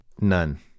None